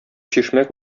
чишмә